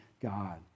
God